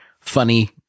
funny